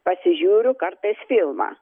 pasižiūriu kartais filmą